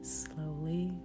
slowly